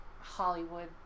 Hollywood